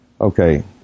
okay